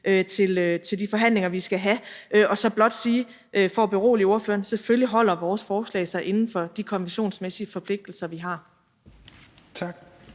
til de forhandlinger, vi skal have. Så vil jeg blot sige – for at berolige spørgeren – at selvfølgelig holder vores forslag sig inden for de konventionsmæssige forpligtelser, vi har. Kl.